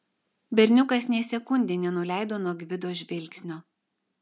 berniukas nė sekundei nenuleido nuo gvido žvilgsnio